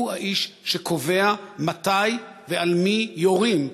הוא האיש שקובע מתי ועל מי יורים.